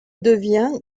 devient